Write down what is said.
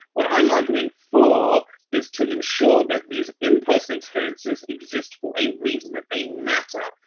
what i'm arguing for is to ensure that these in-person experiences exist for a reason, that they matter.